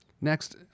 Next